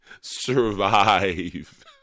survive